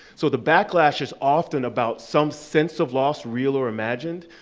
so the backlash is often about some sense of loss, real or imagined,